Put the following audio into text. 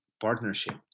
partnership